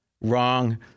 Wrong